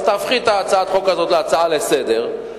אז תהפכי את הצעת החוק הזאת להצעה לסדר-היום,